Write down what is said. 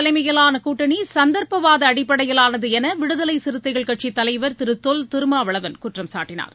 தலைமையிலான கூட்டணி அஇஅதிமுக சந்தர்ப்பவாத அடிப்படையிலானது என விடுதலை சிறுத்தைகள் கட்சியின் தலைவர் திரு தொல் திருமாவளவன் குற்றம் சாட்டினார்